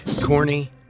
Corny